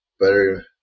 better